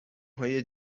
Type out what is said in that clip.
های